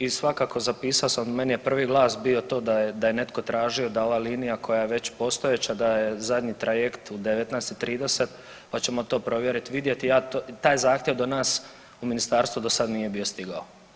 I svakako zapisao sam, meni je prvi glas bio to da je netko tražio da ova linija koja je već postojeća da je zadnji trajekt u 19 i 30, pa ćemo to provjeriti, vidjeti, ja to, taj zahtjev do nas u ministarstvo do sada nije bio stigao.